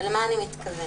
למה אני מתכוונת?